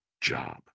job